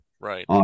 Right